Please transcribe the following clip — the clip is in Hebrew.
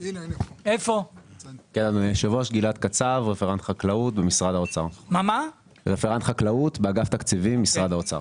אני רפרנט חקלאות באגף תקציבים, משרד האוצר.